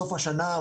סוף השנה,